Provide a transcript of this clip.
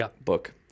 book